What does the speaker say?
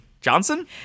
Johnson